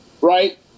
right